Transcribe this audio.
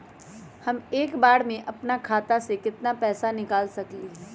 हम एक बार में अपना खाता से केतना पैसा निकाल सकली ह?